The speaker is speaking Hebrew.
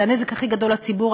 זה הנזק הכי גדול לציבור.